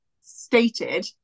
stated